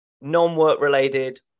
non-work-related